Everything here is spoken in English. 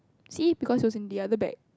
see because it's in the other bag